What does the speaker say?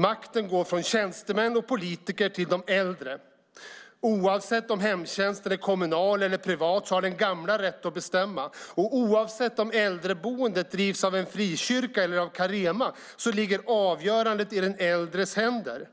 Makten går från tjänstemän och politiker till de äldre. Oavsett om hemtjänsten är kommunal eller privat har den gamla rätt att bestämma. Oavsett om äldreboendet drivs av en frikyrka eller av Carema ligger avgörandet i den äldres händer.